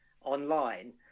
online